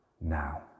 now